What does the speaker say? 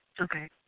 Okay